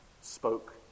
spoke